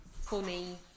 funny